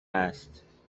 است